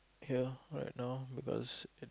here right now because